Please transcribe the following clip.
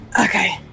Okay